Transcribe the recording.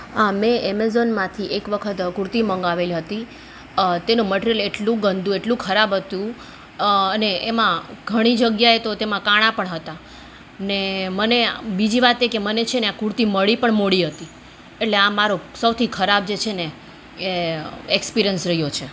આ મેં એમેઝોનમાંથી એક વખત કુર્તી મંગાવેલી હતી અને તેનું મટીરીયલ એટલું ગંદુ એટલું ખરાબ હતું અને એમાં ઘણી જગ્યાએ તો તેમાં કાણા પણ હતા ને મને બીજી વાત છે કે મને છે ને આ કુર્તી મળી પણ મોડી હતી એટલે આ મારો સૌથી ખરાબ જે છે ને એ એક્સપિરિયન્સ રહ્યો છે